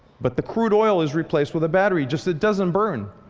but the crude oil is replaced with a battery. just it doesn't burn.